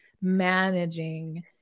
managing